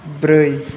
ब्रै